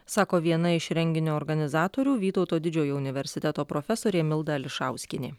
sako viena iš renginio organizatorių vytauto didžiojo universiteto profesorė milda ališauskienė